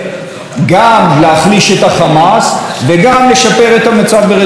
גם להחליש את החמאס וגם לשפר את המצב ברצועת עזה,